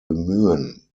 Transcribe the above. bemühen